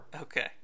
Okay